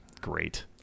great